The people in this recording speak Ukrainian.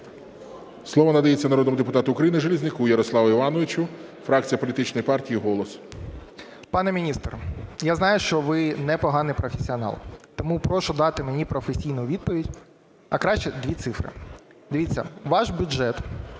Слово надається народному депутату України Железняку Ярославу Івановичу, фракція Політичної партії "Голос". 11:49:20 ЖЕЛЕЗНЯК Я.І. Пане міністр, я знаю, що ви непоганий професіонал, тому прошу дати мені професійну відповідь, а краще – дві цифри. Дивіться, ваш бюджет